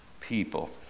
people